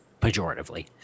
pejoratively